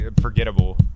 forgettable